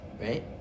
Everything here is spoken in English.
right